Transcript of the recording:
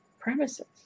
premises